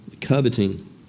coveting